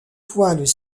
poils